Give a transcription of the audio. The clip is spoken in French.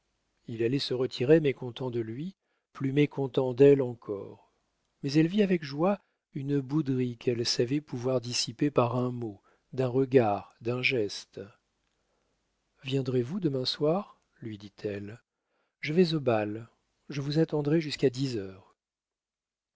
il allait se retirer mécontent de lui plus mécontent d'elle encore mais elle vit avec joie une bouderie qu'elle savait pouvoir dissiper par un mot d'un regard d'un geste viendrez-vous demain soir lui dit-elle je vais au bal je vous attendrai jusqu'à dix heures